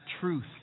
truth